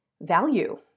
value